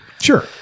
Sure